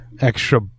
extra